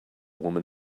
woman